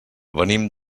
venim